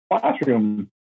classroom